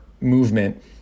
movement